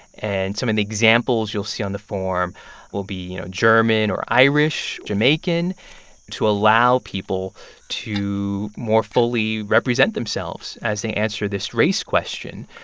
and some of the examples you'll see on the form will be, you know, german or irish, jamaican to allow people to more fully represent themselves as they answer this race question.